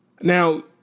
Now